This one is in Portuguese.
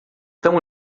tão